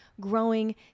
growing